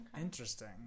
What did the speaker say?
Interesting